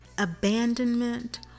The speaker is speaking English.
abandonment